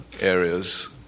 areas